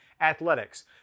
athletics